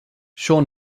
sean